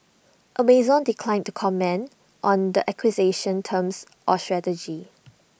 Amazon declined to comment on the acquisition's terms or strategy